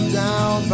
down